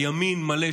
הימין המלא,